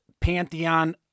pantheon